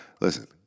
listen